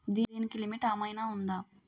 దీనికి లిమిట్ ఆమైనా ఉందా?